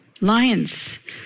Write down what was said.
Lions